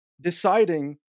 deciding